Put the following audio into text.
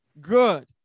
good